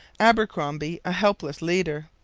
abercromby, a helpless leader,